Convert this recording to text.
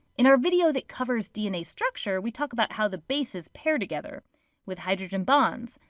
in our video that covers dna structure, we talk about how the bases pair together with hydrogen bonds.